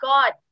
God